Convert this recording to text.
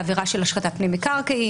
לעבירה של השחתת פני מקרקעין,